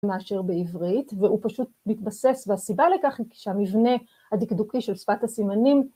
מאשר בעברית. והוא פשוט מתבסס... והסיבה לכך, היא שהמבנה הדקדוקי של שפת הסימנים ...